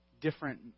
different